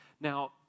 Now